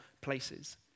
places